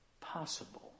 possible